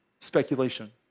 speculation